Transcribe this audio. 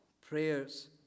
Prayers